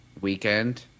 weekend